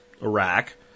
Iraq